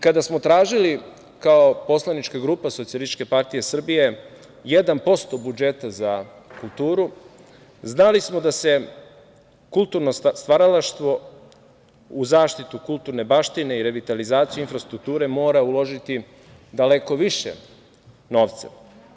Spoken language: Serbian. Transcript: Kada smo tražili kao poslanička grupa Socijalističke partije Srbije 1% budžeta za kulturu, znali smo da se kulturno stvaralaštvo u zaštitu kulturne baštine i revitalizaciju infrastrukture mora uložiti daleko više novca.